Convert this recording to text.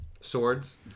swords